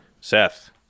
Seth